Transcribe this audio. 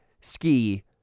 ski